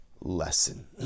lesson